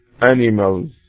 animals